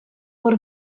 mor